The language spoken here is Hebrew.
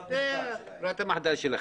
ברירת המחדל שלכם.